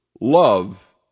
love